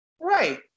Right